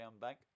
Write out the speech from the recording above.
Bank